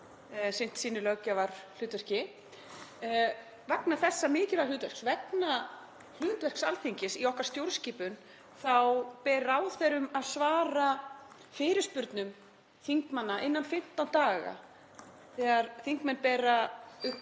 sinnt sínu löggjafarhlutverki. Og vegna þessa mikilvæga hlutverks, vegna hlutverks Alþingis í okkar stjórnskipun, þá ber ráðherrum að svara fyrirspurnum þingmanna innan 15 daga þegar þingmenn bera upp